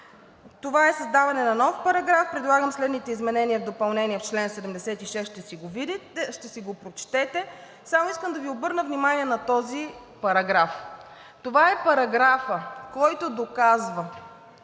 Това е за създаване на нов параграф: „Предлагам следните изменения и допълнения в чл. 76“ – ще си го прочетете, само искам да Ви обърна внимание на този параграф. Това е параграфът, който доказва,